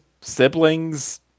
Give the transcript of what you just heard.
sibling's